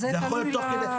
זה יכול להיות תוך כדי...